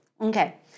Okay